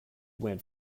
went